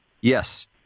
Yes